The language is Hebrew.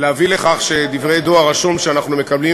להביא לכך שדברי דואר רשום שאנחנו מקבלים